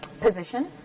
position